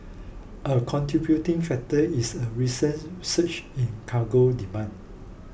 a contributing factor is a recent surge in cargo demand